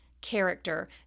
character